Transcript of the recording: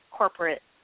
corporate